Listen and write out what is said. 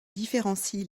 différencient